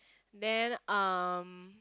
then um